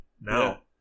Now